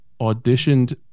auditioned